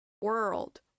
World